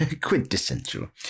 Quintessential